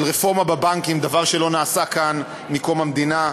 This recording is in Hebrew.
של רפורמה בבנקים, דבר שלא נעשה כאן מקום המדינה.